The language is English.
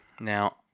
Now